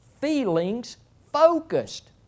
feelings-focused